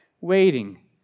waiting